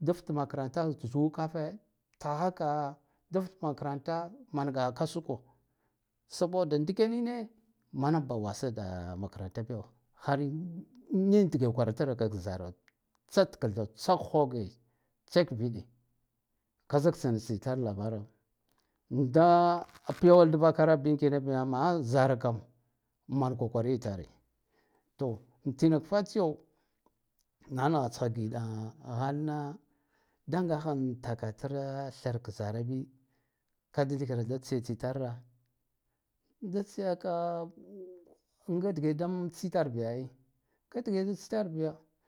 dft makaranta zu kafe tkhahaka dft makaranta mangaha kasuko saboda ndikenine manam ba wasa da makarantabiyo niya dge kwartakak zaro tstktho tsaghoge tsakviɗe kazik tstsinitar lavar piyawal dvakara man kokariyi tare to tindk fatsiyo nagha nagha kiɗa khalna dan ngakhan takarfra thrk zarabi ka da ndikra da tsiyafaitarra da tsiya ka nga dige dam tsitar biya ai nga dige da tsitar biya.